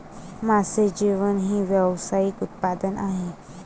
मासे जेवण हे व्यावसायिक उत्पादन आहे